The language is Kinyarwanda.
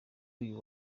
uyu